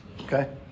Okay